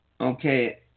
Okay